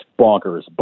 bonkers